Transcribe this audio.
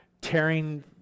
tearing